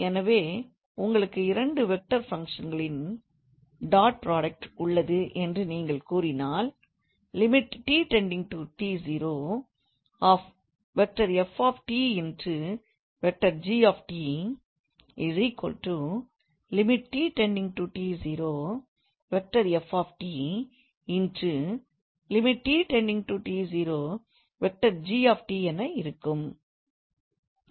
எனவே உங்களுக்கு இரண்டு வெக்டார் ஃபங்க்ஷன் களின் டாட் புராடக்ட் உள்ளது என்று நீங்கள் கூறினால் என இருக்கும்